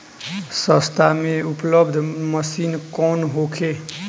सस्ता में उपलब्ध मशीन कौन होखे?